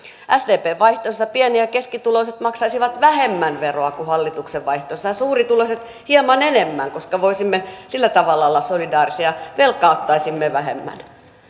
sdpn vaihtoehdossa pieni ja keskituloiset maksaisivat vähemmän veroa kuin hallituksen vaihtoehdossa ja suurituloiset hieman enemmän koska voisimme sillä tavalla olla solidaarisia velkaa ottaisimme vähemmän